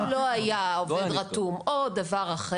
נפגע.